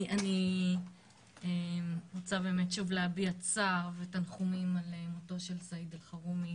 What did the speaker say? אני רוצה שוב להביע צער ותנחומים על מותו של סעיד אלחרומי,